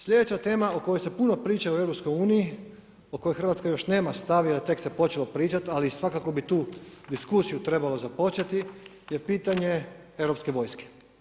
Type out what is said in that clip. Slijedeća tema o kojoj se puno priča u EU, o kojoj Hrvatska još nema stav, jer tek se počelo pričat, ali svakako bi tu diskusiju trebalo započeti, je pitanje europske vojske.